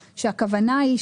גם שלמה קרעי באותו חוק,